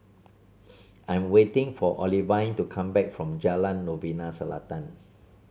I'm waiting for Olivine to come back from Jalan Novena Selatan